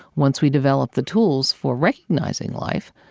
once we developed the tools for recognizing life,